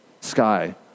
sky